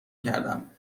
کردماسم